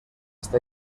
está